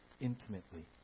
intimately